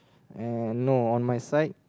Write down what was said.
no on my side